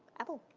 apple.